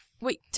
wait